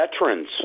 veterans